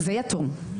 זה יתום.